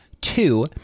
two